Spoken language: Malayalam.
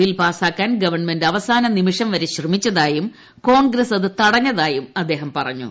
ബ്ലിൽ പാസാക്കാൻ ഗവൺമെന്റ് അവസാന നിമിഷംവരെ ശ്രമിച്ചതായു് കോൺഗ്രസ് അത് തടഞ്ഞതായും അദ്ദേഹം പറഞ്ഞു